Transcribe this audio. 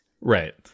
right